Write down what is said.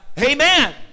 Amen